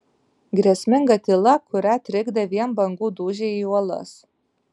grėsminga tyla kurią trikdė vien bangų dūžiai į uolas